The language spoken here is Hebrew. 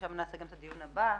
שם נעשה גם את הדיון הבא.